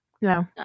No